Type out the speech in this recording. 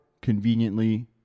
conveniently